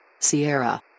Sierra